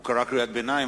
הוא קרא קריאת ביניים,